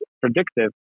predictive